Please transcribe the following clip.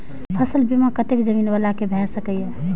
फसल बीमा कतेक जमीन वाला के भ सकेया?